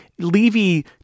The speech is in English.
Levy